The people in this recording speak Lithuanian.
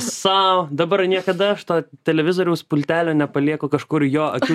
sau dabar niekada aš to televizoriaus pultelio nepalieku kažkur jo akių